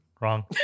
wrong